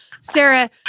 Sarah